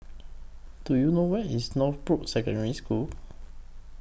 Do YOU know Where IS Northbrooks Secondary School